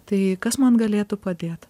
tai kas man galėtų padėt